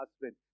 husband